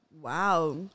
Wow